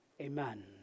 Amen